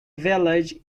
village